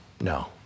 No